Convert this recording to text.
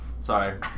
Sorry